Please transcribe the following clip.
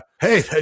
Hey